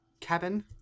cabin